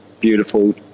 beautiful